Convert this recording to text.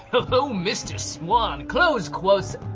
but oh, mr. swan! closed quotes!